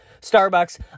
starbucks